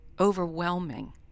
overwhelming